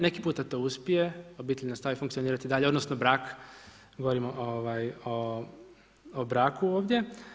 Neki puta to uspije, obitelj nastavi funkcionirati dalje odnosno brak, govorimo o braku ovdje.